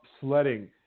sledding